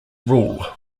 rule